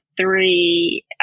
three